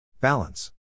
balance